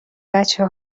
بچه